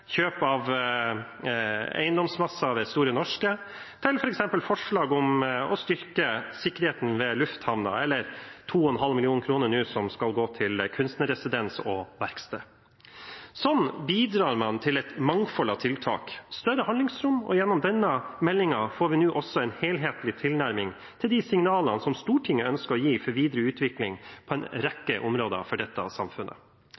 kjøp av eiendomsmasser ved Store Norske, forslaget om å styrke sikkerheten ved lufthavnen og 2,5 mill. kr som skal gå til kunstnerresidens og -verksted. Slik bidrar man med et mangfold av tiltak til et større handlingsrom, og gjennom denne meldingen får vi også en helhetlig tilnærming til de signalene Stortinget ønsker å gi for videre utvikling på en rekke områder for dette samfunnet.